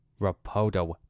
Rapodo